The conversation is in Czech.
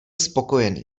spokojený